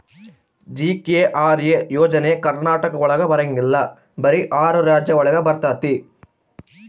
GKRA ಯೋಜನೆ ಕರ್ನಾಟಕ ಒಳಗ ಬರಂಗಿಲ್ಲ ಬರೀ ಆರು ರಾಜ್ಯ ಒಳಗ ಬರ್ತಾತಿ